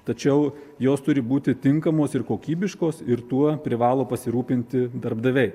tačiau jos turi būti tinkamos ir kokybiškos ir tuo privalo pasirūpinti darbdaviai